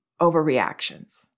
overreactions